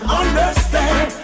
understand